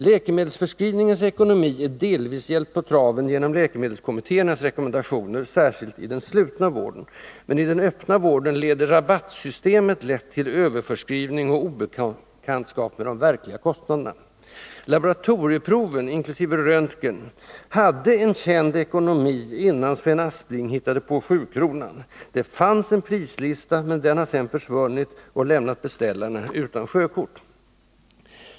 Läkemedelsförskrivningens ekonomi är delvis hjälpt på traven genom läkemedelskommittéernas rekommendationer, särskilt i den slutna vården. Men i den öppna vården leder rabattsystemet lätt till överförskrivning och obekantskap med de verkliga kostnaderna. Laboratorieproven inkl. röntgen hade en känd ekonomi, innan Sven Aspling hittade på sjukronan. Det fanns en prislista, men den har sedan försvunnit och lämnat beställaren utan ledning.